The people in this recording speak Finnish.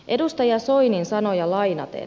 edustaja soinin sanoja lainaten